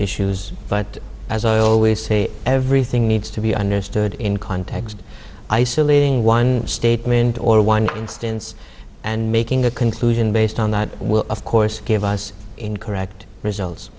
issues but as i always say everything needs to be understood in context isolating one statement or one instance and making a conclusion based on that of course gave us incorrect results